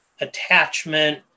attachment